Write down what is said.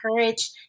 encourage